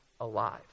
alive